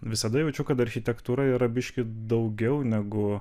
visada jaučiu kad architektūroje yra biškį daugiau negu